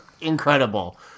Incredible